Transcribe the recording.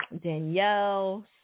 Danielle